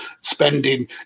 spending